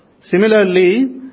Similarly